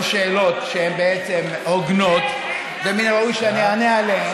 שאלות שהן בעצם הוגנות ומן הראוי שאני אענה עליהן.